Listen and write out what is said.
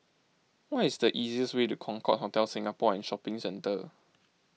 what is the easiest way to Concorde Hotel Singapore and Shopping Centre